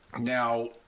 now